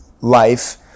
life